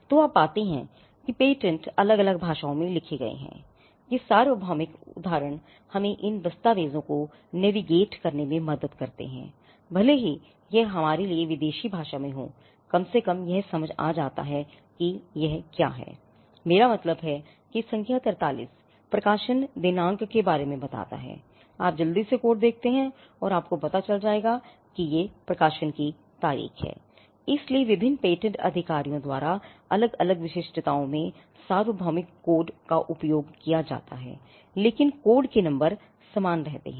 तो आप पाते हैं कि पेटेंट अलग अलग भाषाओं में लिखे गए हैं ये सार्वभौमिक उद्धरण हमें इन दस्तावेजों को नेविगेट का उपयोग किया जाता है लेकिन कोड के नम्बर समान रहते हैं